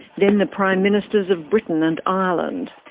then the prime ministers of britain and ireland.